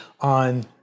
on